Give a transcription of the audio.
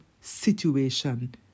situation